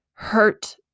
hurt